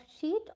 sheet